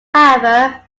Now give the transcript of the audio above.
however